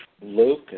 Luke